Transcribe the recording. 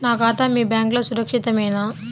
నా ఖాతా మీ బ్యాంక్లో సురక్షితమేనా?